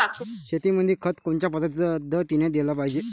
शेतीमंदी खत कोनच्या पद्धतीने देलं पाहिजे?